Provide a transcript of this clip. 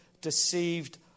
deceived